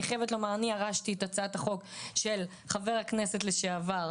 אני חייבת לומר אני ירשתי את הצעת החוק של חבר הכנסת לשעבר,